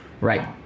Right